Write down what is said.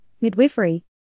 midwifery